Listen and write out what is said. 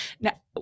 Now